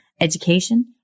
education